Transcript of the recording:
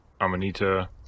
Amanita